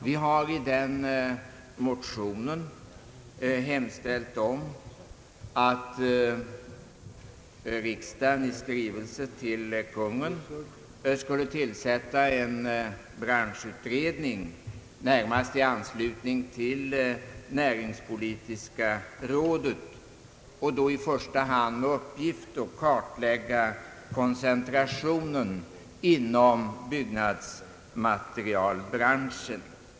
Vi föreslår i motionen att riksdagen i skrivelse skall hemställa att Kungl. Maj:t tillsätter en branschutredning, närmast i anslutning till näringspolitiska rådet, med uppgift att kartlägga koncentrationen inom byggnadsmaterialbranschen.